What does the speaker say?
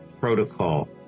protocol